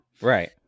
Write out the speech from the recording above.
Right